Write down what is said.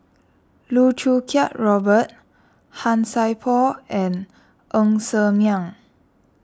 Loh Choo Kiat Robert Han Sai Por and Ng Ser Miang